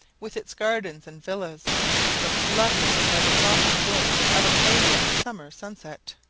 with its gardens and villas looked lovely by the softened glow of a canadian summer sunset.